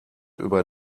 über